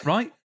Right